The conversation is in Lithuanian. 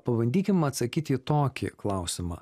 pabandykim atsakyti į tokį klausimą